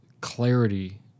clarity